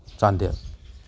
Chandel